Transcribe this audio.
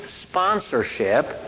sponsorship